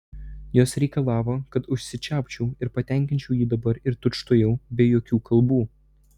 jos reikalavo kad užsičiaupčiau ir patenkinčiau jį dabar ir tučtuojau be jokių kalbų